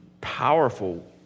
powerful